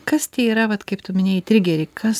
kas tie yra vat kaip tu minėjai trigeriai kas